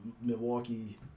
Milwaukee